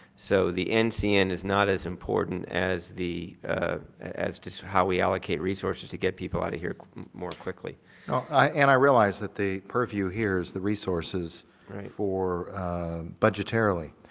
so the ncn is not as important as the as to how we allocate resources to get people out of here more quickly. and i realized that the purview here is the resources for budgetarily.